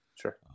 sure